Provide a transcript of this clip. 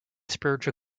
spiritual